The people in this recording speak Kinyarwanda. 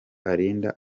arinda